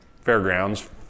fairgrounds